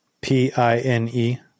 P-I-N-E